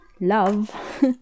love